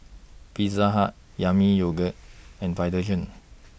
Pizza Hut Yami Yogurt and Vitagen